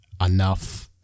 enough